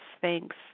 Thanks